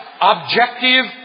objective